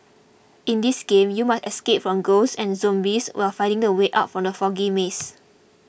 in this game you must escape from ghosts and zombies while finding the way out from the foggy maze